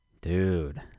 Dude